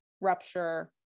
rupture